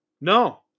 No